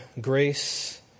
grace